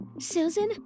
Susan